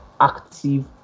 active